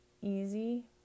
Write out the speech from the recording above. easy